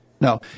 No